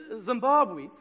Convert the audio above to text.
Zimbabwe